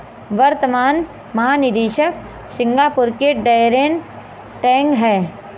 वर्तमान महानिदेशक सिंगापुर के डैरेन टैंग हैं